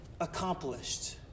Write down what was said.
accomplished